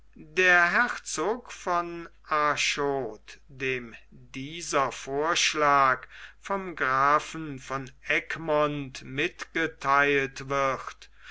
der herzog von arschot dem dieser vorschlag vom grafen von egmont mitgeteilt wird